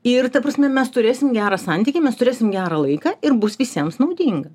ir ta prasme mes turėsim gerą santykį mes turėsim gerą laiką ir bus visiems naudinga